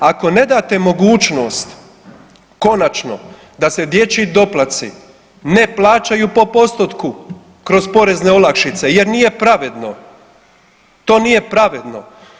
Ako ne date mogućnost konačno da se dječji doplatci ne plaćaju po postotku kroz porezne olakšice jer nije pravedno, to nije pravedno.